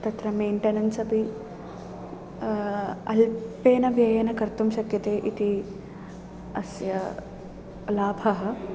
तत्र मेण्टनेन्स् अपि अल्पेन व्ययेन कर्तुं शक्यते इति अस्य लाभः